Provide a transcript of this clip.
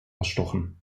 erstochen